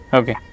okay